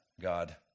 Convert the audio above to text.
God